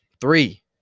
three